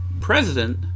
president